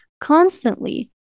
Constantly